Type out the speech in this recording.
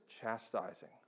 chastising